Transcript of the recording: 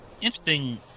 Interesting